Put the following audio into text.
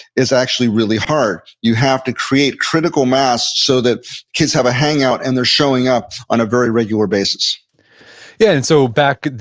is actually really hard. you have to create critical mass so that kids have a hangout and they're showing up on a very regular basis yeah, and so back,